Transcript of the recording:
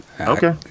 Okay